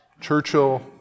Churchill